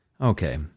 Okay